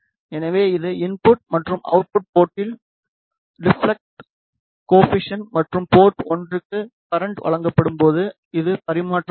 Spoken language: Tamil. எனவே இது இன்புட் மற்றும் அவுட்புட் போர்ட்டில் ரெபிளெக்ட் கோஏபிசிஎன்ட் மற்றும் போர்ட்1 க்கு கரண்ட் வழங்கப்படும்போது இது பரிமாற்றம் ஆகும்